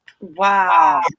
Wow